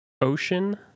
Ocean